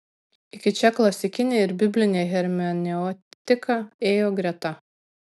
iki čia klasikinė ir biblinė hermeneutika ėjo greta